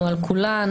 שאומר: